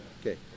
Okay